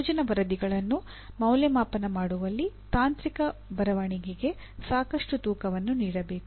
ಯೋಜನಾ ವರದಿಗಳನ್ನು ಮೌಲ್ಯಮಾಪನ ಮಾಡುವಲ್ಲಿ ತಾಂತ್ರಿಕ ಬರವಣಿಗೆಗೆ ಸಾಕಷ್ಟು ತೂಕವನ್ನು ನೀಡಬೇಕು